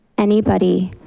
anybody,